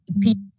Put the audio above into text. people